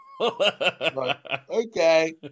Okay